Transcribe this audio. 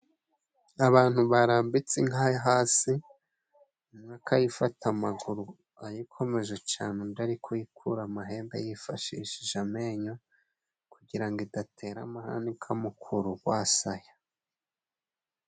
Abantu barambitse inka hasi, umwe akayifata amaguru ayikomeje cane, undi ari kuyikura amahembe yifashishije amenyo, kugirango idatera amahane ikamukuru urwasaya.